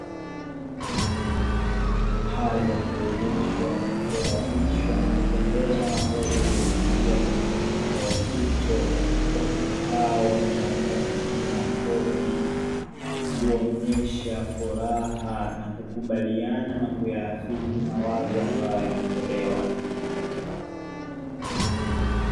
Hali ya kuonyeshwa kufurahishwa kupendezwa na hoja iliyochangiwa katika kikao hicho, watu hao wameamua kupiga makofi wamepiga makofi kuonyesha furaha na kukubaliana na kuyaafiki mawazo ambayo yametolewa.